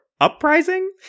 uprising